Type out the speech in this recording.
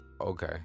Okay